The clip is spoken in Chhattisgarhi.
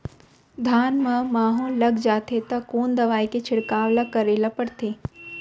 धान म माहो लग जाथे त कोन दवई के छिड़काव ल करे ल पड़थे?